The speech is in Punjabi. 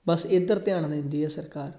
ਬਸ ਇੱਧਰ ਧਿਆਨ ਦਿੰਦੀ ਹੈ ਸਰਕਾਰ